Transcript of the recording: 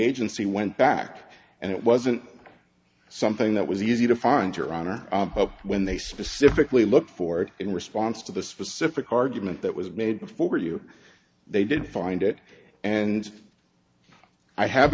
agency went back and it wasn't something that was easy to find your honor when they specifically look for it in response to the specific argument that was made before you they did find it and i have